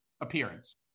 appearance